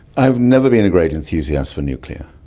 i've never been a great enthusiast for nuclear.